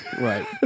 Right